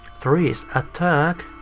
three is attack?